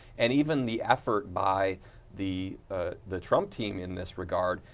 and even the effort by the ah the trump team in this regard,